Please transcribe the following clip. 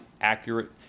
accurate